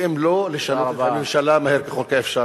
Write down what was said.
ואם לא, לשנות את הממשלה מהר ככל האפשר.